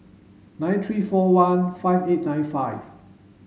nine three four one five eight nine five